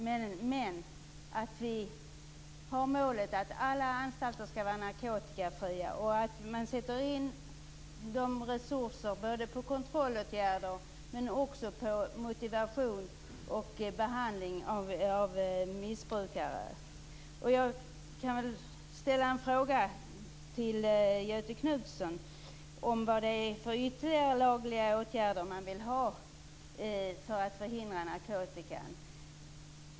Men vi har målet att alla anstalter skall vara narkotikafria och att man skall sätta in resurser när det gäller kontrollåtgärder men också när det gäller motivation och behandling av missbrukare. Jag vill ställa en fråga till Göthe Knutson. Jag undrar vad det är för ytterligare lagliga åtgärder man vill ha för att förhindra narkotikan.